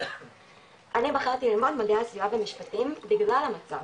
אני בחרתי ללמוד מדעי הסביבה ומשפטים בגלל המצב,